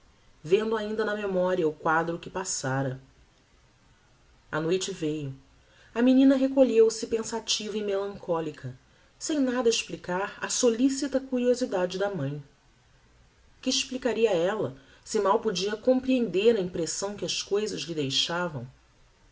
vendo ainda na memoria o quadro que passára a noite veiu a menina recolheu-se pensativa e melancolica sem nada explicar á solicita curiosidade da mãe que explicaria ella se mal podia comprehender a impressão que as cousas lhe deixavam